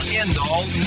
end-all